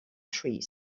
trees